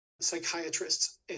psychiatrists